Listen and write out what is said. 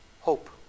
Hope